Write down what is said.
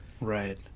Right